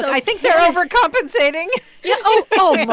i think they're overcompensating yeah oh, so